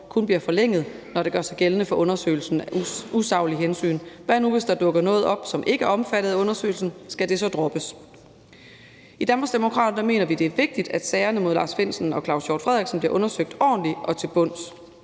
kun bliver forlænget, når det gør sig gældende for undersøgelsen af usaglige hensyn. Hvad nu, hvis der dukker noget op, som ikke er omfattet af undersøgelsen? Skal det så droppes? I Danmarksdemokraterne mener vi, det er vigtigt, at sagerne mod Lars Findsen og Claus Hjort Frederiksen bliver undersøgt ordentligt og til bunds,